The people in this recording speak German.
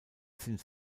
sind